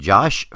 Josh